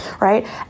right